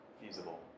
feasible